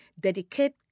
dedicate